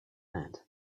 inde